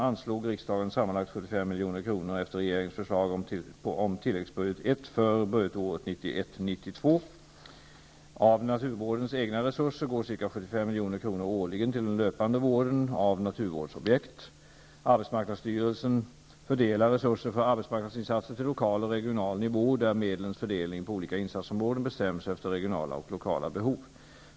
Av naturvårdens egna resurser går ca 75 milj.kr. årligen till den löpande vården av naturvårdsobjekt. Arbetsmarknadsstyrelsen fördelar resurser för arbetsmarknadsinsatser till lokal och regional nivå där medlens fördelning på olika insatsområden bestäms efter regionala och lokala behov.